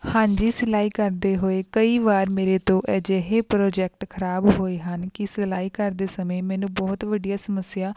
ਹਾਂਜੀ ਸਿਲਾਈ ਕਰਦੇ ਹੋਏ ਕਈ ਵਾਰ ਮੇਰੇ ਤੋਂ ਅਜਿਹੇ ਪ੍ਰੋਜੈਕਟ ਖਰਾਬ ਹੋਏ ਹਨ ਕਿ ਸਿਲਾਈ ਕਰਦੇ ਸਮੇਂ ਮੈਨੂੰ ਬਹੁਤ ਵੱਡੀਆਂ ਸਮੱਸਿਆ